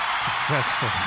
Successful